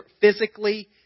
physically